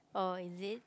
oh is it